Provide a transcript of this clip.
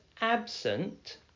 absent